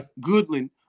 Goodland